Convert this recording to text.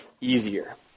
easier